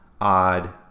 odd